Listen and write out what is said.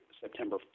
September